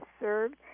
served